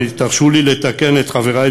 ותרשו לתקן את חברי,